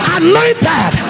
anointed